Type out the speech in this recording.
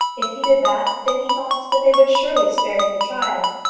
if he did that, then he thought that they would surely spare him the trial.